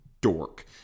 dork